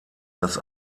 das